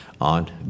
On